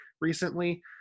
recently